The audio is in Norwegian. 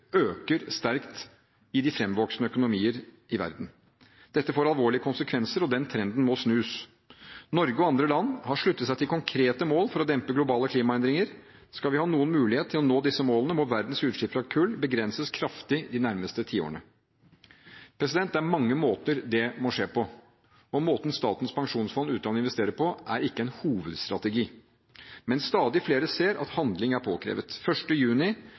øker sterkt i de fremvoksende økonomier i verden. Dette får alvorlige konsekvenser, og den trenden må snus. Norge og andre land har sluttet seg til konkrete mål for å dempe globale klimaendringer. Skal vi ha noen mulighet til å nå disse målene, må verdens utslipp fra kull begrenses kraftig de nærmeste tiårene. Det er mange måter det må skje på, og måten Statens pensjonsfond utland investerer på, er ikke en hovedstrategi. Men stadig flere ser at handling er påkrevet. I juni